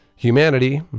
Humanity